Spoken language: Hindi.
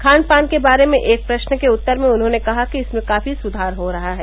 खान पान के बारे में एक प्रश्न के उत्तर में उन्होंने कहा कि इसमें काफी सुवार हो रहा है